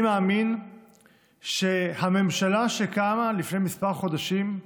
אני מאמין שהממשלה שקמה לפני כמה חודשים,